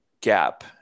gap